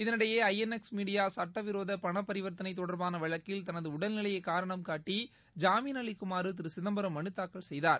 இதனிடையேஜஎன்எக்ஸ் மீடியாசுட்டவிரோதபணப்பரிவர்த்தனைதொடர்பானவழக்கில் தனது டல் நிலையைகாரணம் காட்டி ஜாமீன் அளிக்குமாறுதிருசிதம்பரம் மனுதாக்கல் செய்தார்